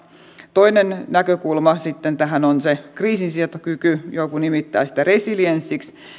toinen näkökulma tähän on se kriisinsietokyky joku nimittää sitä resilienssiksi